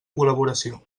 col·laboració